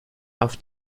auf